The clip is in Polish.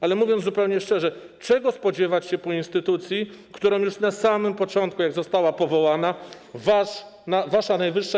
Ale mówiąc zupełnie szczerze: Czego spodziewać się po instytucji, którą już na samym początku, jak została powołana wasza Najwyższa